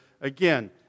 again